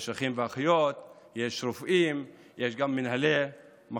יש אחים ואחיות, יש רופאים, יש גם מנהלי מחלקות.